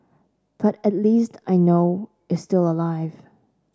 but at least I know is still alive